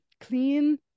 clean